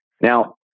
Now